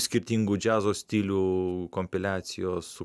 skirtingų džiazo stilių kompiliacijos su